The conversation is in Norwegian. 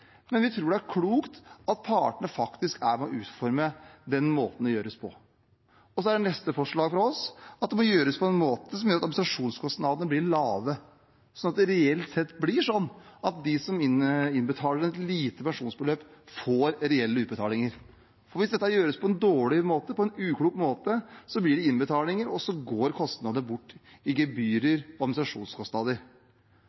men vi tror det er klokt at partene faktisk er med på å utforme måten det gjøres på. Neste forslag fra oss er at det må gjøres på en måte som gjør at administrasjonskostnadene blir lave, sånn at det reelt sett blir sånn at de som innbetaler et lite pensjonsbeløp, får reelle utbetalinger. Hvis dette gjøres på en dårlig måte, en uklok måte, blir det innbetalinger, og så går mye bort i kostnader til gebyrer